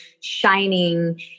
shining